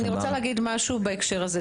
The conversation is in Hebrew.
אני רוצה להגיד משהו בהקשר הזה,